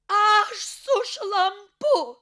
aš sušlampu